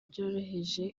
byoroheje